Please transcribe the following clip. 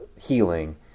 healing